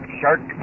shark